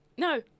No